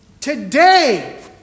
today